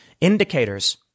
indicators